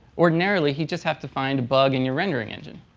ordinarily he'd just have to find a bug in your rendering engine.